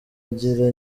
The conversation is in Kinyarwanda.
amugira